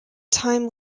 time